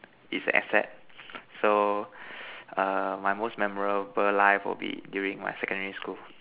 is a asset so err my most memorable life will be during my secondary school